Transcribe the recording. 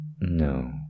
No